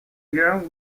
گران